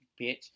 bitch